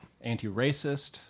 anti-racist